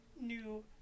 new